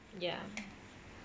ya